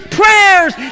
prayers